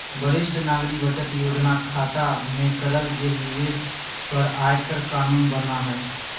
वरिष्ठ नागरिक बचत योजना खता में करल गेल निवेश पर आयकर कानून बना हइ